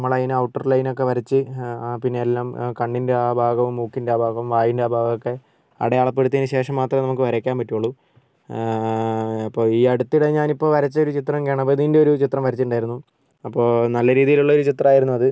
നമ്മളതിന് ഔട്ടർ ലൈനൊക്കെ വരച്ച് പിന്നെ എല്ലാം കണ്ണിൻ്റെ ആ ഭാഗവും മൂക്കിൻ്റെ ആ ഭാഗവും വായിൻ്റെ ആ ഭാഗവും ഒക്കെ അടയാളപ്പെടുത്തിയതിന് ശേഷം മാത്രമേ നമുക്ക് വരയ്ക്കാൻ പറ്റുള്ളൂ അപ്പോൾ ഈ അടുത്തിടെ ഞാനിപ്പോൾ വരച്ച ഒരു ചിത്രം ഗണപതിൻ്റെ ഒരു ചിത്രം വരച്ചിട്ടുണ്ടായിരുന്നു അപ്പോൾ നല്ല രീതിയിലുള്ള ഒരു ചിത്രമായിരുന്നു അത്